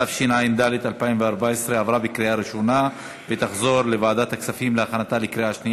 התשע"ד 2014, לוועדת הכספים נתקבלה.